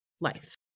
life